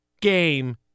game